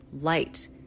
light